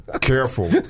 Careful